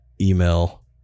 email